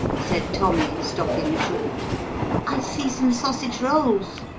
said tommy, stopping short i see some sausage rolls.